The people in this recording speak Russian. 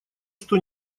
что